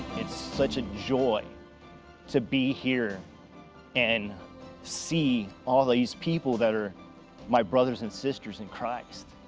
it's such a joy to be here and see all these people that are my brothers and sisters in christ.